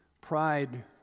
Pride